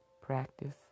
Practice